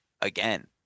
again